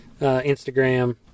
Instagram